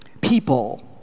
people